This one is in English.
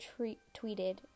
tweeted